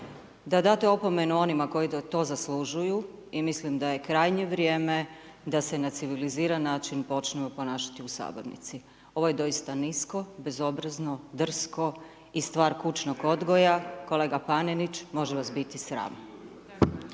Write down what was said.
da date opomenu onima koji to zaslužuju i mislim da je krajnje vrijeme da se na civiliziran način počnu ponašati u sabornici. Ovo je doista nisko, bezobrazno, drsko i stvar kućnog odgoja, kolega Panenić može vas biti sram.